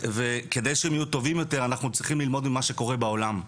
וכדי שהם יהיו טובים יותר אנחנו צריכים ללמוד ממה שקורה בעולם.